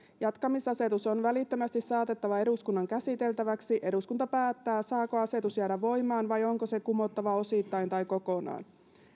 jatkamisasetus on välittömästi saatettava eduskunnan käsiteltäväksi eduskunta päättää saako asetus jäädä voimaan vai onko se kumottava osittain tai kokonaan